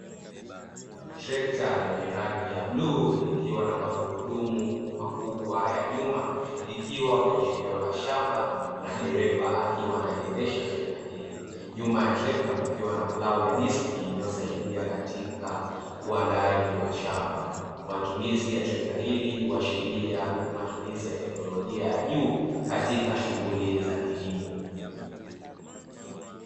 Trekta lenye rangi ya bluu, likiwa na magurudumu makubwa ya nyuma likiwa kwenye eneo la shamba na dereva akiwa analiendesha trekta hii nyuma ya trekta, kukiwa na prau ya diski inayosaidia katika uandaaji wa shamba matumizi ya trekta hili uhashiria matumizi ya teknolojia juu katika shughuli za kilimo.